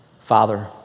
Father